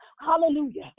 Hallelujah